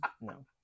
No